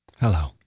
Hello